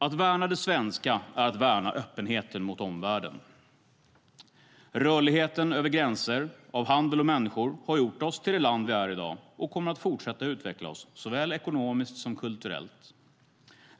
Att värna det svenska är att värna öppenheten mot omvärlden. Rörlighet av handel och människor över gränser har gjort oss till det land vi är i dag och kommer att fortsätta utveckla oss såväl ekonomiskt som kulturellt.